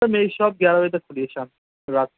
سر میری شاپ گیارہ بجے تک کھلی ہے شام رات